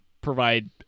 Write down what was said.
provide